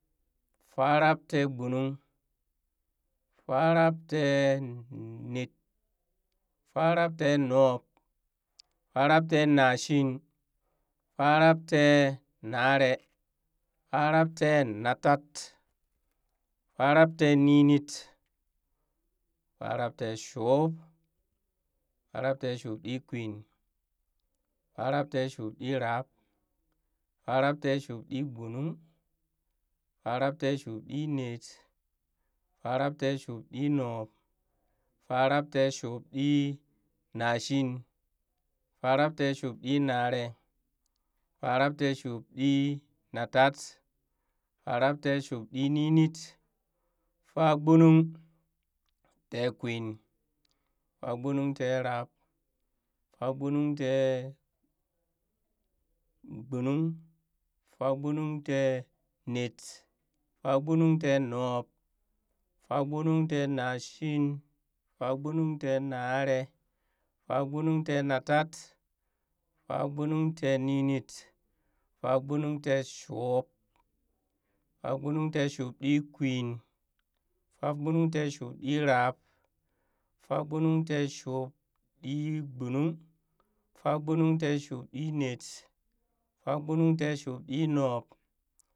Farabtegbonung, farabtenet, farabtenub, farabtenashin, farabtenaree, farabtenatat, farabteninit, farabteshuub, farabteshubɗikwin, farabteshubɗirab, farabteshubɗigbonung, farabteshubɗnet, farabteshubɗinub, farabteshubɗinashin, farabteshubɗinare, farabteshuubɗinatat, farabteshubɗininit, fargbonung, tekwin, fagbonungterab, fagbonungtegbonung, fagbonungtnenet, fagbonungtenub, fagbonungtenashin, fagbonungtenaree, fargbonungtenatat, fagbonungteninit, fagbonungteshuub, fargbonungteshuubɗikwin, fagbonungteshuubɗrab, fagbonungteshuubɗigbonung, fagbonungteshubɗinet, fagbonungteshubɗinub